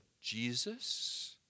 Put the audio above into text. Jesus